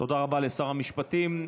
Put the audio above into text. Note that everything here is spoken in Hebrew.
תודה רבה לשר המשפטים.